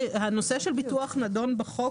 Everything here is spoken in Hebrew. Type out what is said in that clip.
הנושא של ביטוח נדון בחוק.